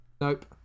Nope